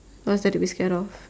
what's there to be scared of